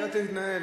היא יודעת להתנהל.